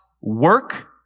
work